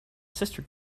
sister